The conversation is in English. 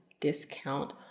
discount